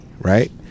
right